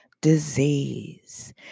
disease